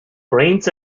brains